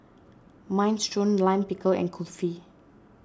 Minestrone Lime Pickle and Kulfi